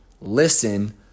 Listen